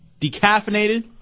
decaffeinated